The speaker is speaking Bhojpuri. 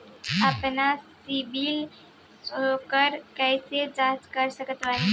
आपन सीबील स्कोर कैसे जांच सकत बानी?